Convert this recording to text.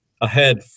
ahead